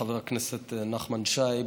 חבר הכנסת נחמן שי,